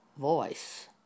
voice